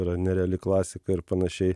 yra nereali klasika ir panašiai